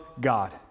God